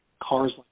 cars